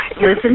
Listen